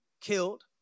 killed